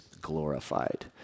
glorified